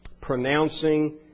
pronouncing